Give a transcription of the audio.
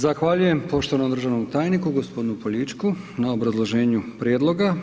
Zahvaljujem poštovanom državnom tajniku gospodinu Poljičku na obrazloženju prijedloga.